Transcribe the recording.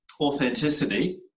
authenticity